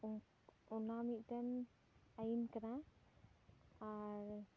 ᱚᱱᱟ ᱢᱤᱫᱴᱮᱱ ᱟᱹᱭᱤᱱ ᱠᱟᱱᱟ ᱟᱨ